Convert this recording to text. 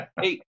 Hey